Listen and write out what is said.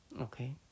okay